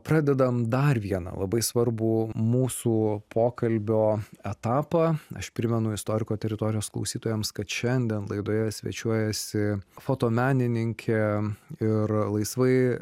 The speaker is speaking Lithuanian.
pradedam dar vieną labai svarbu mūsų pokalbio etapą aš primenu istoriko teritorijos klausytojams kad šiandien laidoje svečiuojasi fotomenininkė ir laisvai